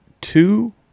two